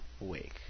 awake